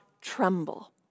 tremble